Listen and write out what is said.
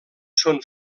són